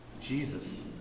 Jesus